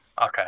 Okay